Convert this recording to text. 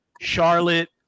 Charlotte